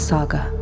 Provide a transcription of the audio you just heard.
Saga